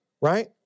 right